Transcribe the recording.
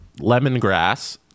lemongrass